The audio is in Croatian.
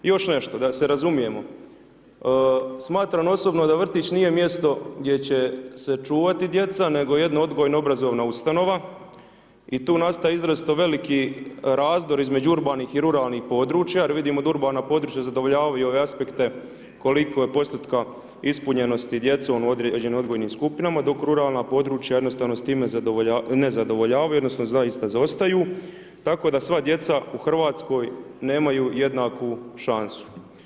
Još nešto, da se razumijemo, smatram osobno da vrtić nije mjesto gdje će se čuvati djeca, nego jedna odgojno-obrazovna ustanova, i tu nastaje izrazito veliki razdor između urbanih i ruralnih područja, jer vidimo da urbana područja zadovoljavaju ove aspekte koliko je % ispunjenosti djecom u određenim odgojnim skupinama, dok ruralna područja jednostavno s time ne zadovoljavaju, odnosno zaista zaostaju, tako da sva djeca u Hrvatskoj nemaju jednaku šansu.